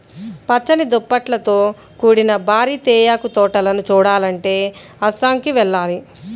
పచ్చని దుప్పట్లతో కూడిన భారీ తేయాకు తోటలను చూడాలంటే అస్సాంకి వెళ్ళాలి